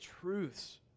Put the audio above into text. truths